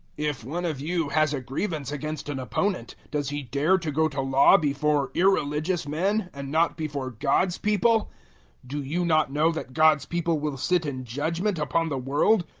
if one of you has a grievance against an opponent, does he dare to go to law before irreligious men and not before god's people do you not know that god's people will sit in judgement upon the world?